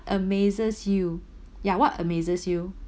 amazes you ya what amazes you